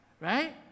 right